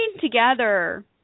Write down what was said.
together